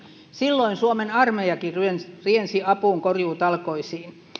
silloin suomen armeijakin riensi riensi apuun korjuutalkoisiin